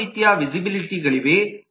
ನಾಲ್ಕು ರೀತಿಯ ವೀಸಿಬಿಲಿಟಿಗಳಿವೆ